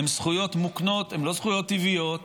הן זכויות מוקנות, הן לא זכויות טבעיות.